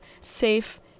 safe